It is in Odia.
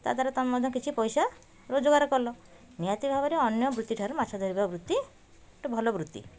ତା' ଦ୍ୱାରା ତୁମେ ମଧ୍ୟ କିଛି ପଇସା ରୋଜଗାର କଲ ନିହାତି ଭାବରେ ଅନ୍ୟ ବୃତ୍ତି ଠାରୁ ମାଛ ଧରିବା ବୃତ୍ତି ଗୋଟେ ଭଲ ବୃତ୍ତି